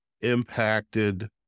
impacted